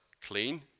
clean